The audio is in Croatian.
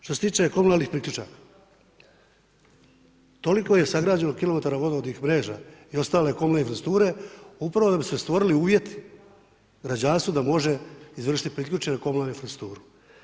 Što se tiče komunalnih priključaka, toliko je sagrađeno kilometara vodovodnih mreža i ostale komunalne infrastrukture upravo da bi se stvorili uvjeti građanstvu da može izvršiti priključenu komunalnu infrastrukturu.